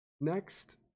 next